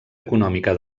econòmica